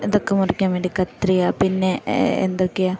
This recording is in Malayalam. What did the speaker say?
ഇതൊക്കെ മുറിക്കാൻ വേണ്ടി കത്രിക പിന്നെ എന്തൊക്കെയാണ്